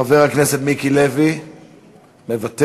חבר הכנסת מיקי לוי, מוותר.